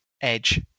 edge